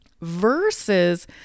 versus